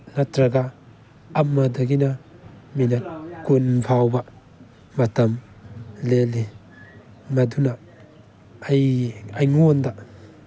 ꯅꯠꯇꯔꯒ ꯑꯃꯗꯒꯤꯅ ꯃꯤꯅꯠ ꯀꯨꯟ ꯐꯥꯎꯕ ꯃꯇꯝ ꯂꯦꯜꯂꯤ ꯃꯗꯨꯅ ꯑꯩ ꯑꯩꯉꯣꯟꯗ